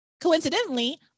coincidentally